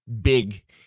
big